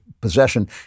Possession